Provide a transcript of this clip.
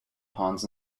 ponds